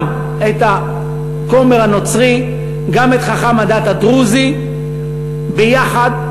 גם את הכומר הנוצרי, גם את חכם הדת הדרוזי, ביחד.